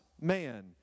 man